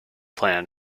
plan